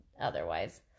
Otherwise